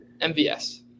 MVS